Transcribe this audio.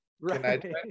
right